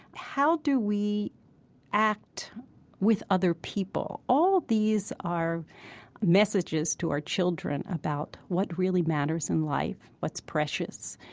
how do we act with other people? all of these are messages to our children about what really matters in life, what's precious,